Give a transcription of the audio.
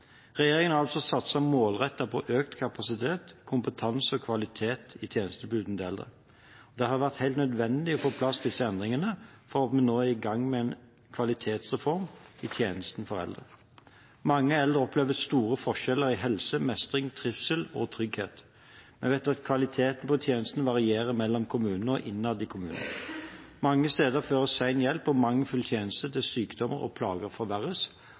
Regjeringen har altså satset målrettet på økt kapasitet, kompetanse og kvalitet i tjenestetilbudene til de eldre. Det har vært helt nødvendig å få på plass disse endringene for at vi nå er i gang med en kvalitetsreform i tjenestene for eldre. Mange eldre opplever store forskjeller i helse, mestring, trivsel og trygghet. Vi vet at kvaliteten på tjenestene varierer mellom kommuner og innad i kommunen. Mange steder fører sen hjelp og mangelfulle tjenester til at sykdommer og plager forverres,